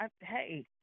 hey